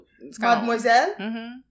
mademoiselle